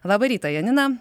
labą rytą janina